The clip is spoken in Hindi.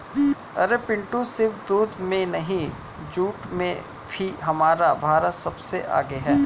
अरे पिंटू सिर्फ दूध में नहीं जूट में भी हमारा भारत सबसे आगे हैं